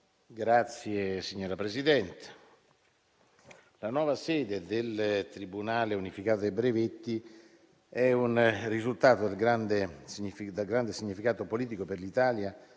Signora Presidente, la nuova sede del tribunale unificato dei brevetti è un risultato dal grande significato politico per l'Italia